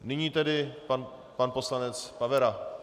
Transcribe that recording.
Nyní tedy pan poslanec Pavera.